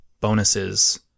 bonuses